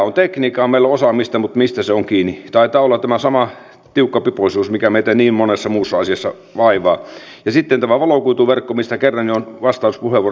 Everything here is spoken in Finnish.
me olemme tässä salissa tänäänkin jo keskustelleet näistä useista leikkausesityksistä muun muassa asiakaspalvelumaksujen huimista korotuksista asumistuen leikkauksista indeksijäädytysten kautta ja monista muista asioista jotka koskettavat tavallisia ihmisiä todella paljon